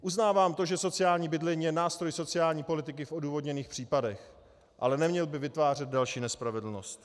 Uznávám to, že sociální bydlení je nástroj sociální politiky v odůvodněných případech, ale neměl by vytvářet další nespravedlnost.